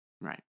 Right